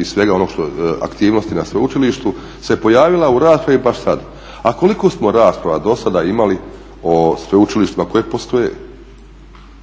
i svega onoga, aktivnosti na sveučilištu se pojavila u raspravi baš sad, a koliko smo rasprava dosada imali o sveučilištima koja postoje?